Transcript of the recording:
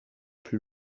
plus